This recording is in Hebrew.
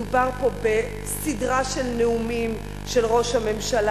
מדובר פה בסדרה של נאומים של ראש הממשלה,